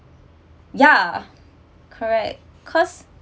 ya correct cause